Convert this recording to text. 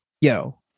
yo